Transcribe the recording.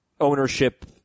ownership